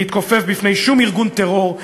להתכופף בפני שום ארגון טרור,